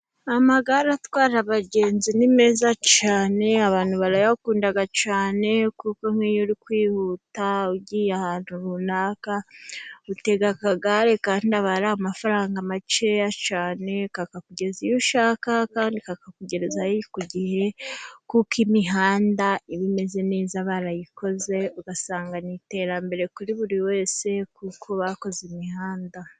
Amagare atwara abagenzi ni meza cyane, abantu barayakunda cyane, kuko nk'iyo uri kwihuta ugiye ahantu runaka, utega akagare kandi aba ari amafaranga makeya cyane, kakakugeza iyo ushaka, kandi kakakugezareza ku gihe, kuko imihanda iba imeze neza barayikoze ugasanga ni iterambere kuri buri wese, kuko bakoze imihanda.